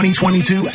2022